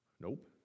Nope